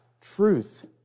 truth